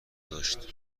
داشت